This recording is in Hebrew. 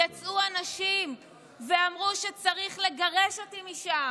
יצאו אנשים ואמרו שצריך לגרש אותי משם